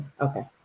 Okay